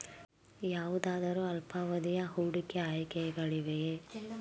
ಯಾವುದಾದರು ಅಲ್ಪಾವಧಿಯ ಹೂಡಿಕೆ ಆಯ್ಕೆಗಳಿವೆಯೇ?